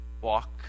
walk